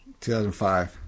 2005